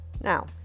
Now